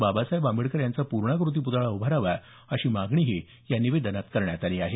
बाबासाहेब आंबेडकर यांचा पूर्णाकृती पूतळा उभारावा अशी मागणीही या निवेदनात करण्यात आली आहे